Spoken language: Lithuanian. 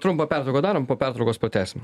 trumpą pertrauką darom po pertraukos pratęsim